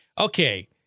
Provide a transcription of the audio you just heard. okay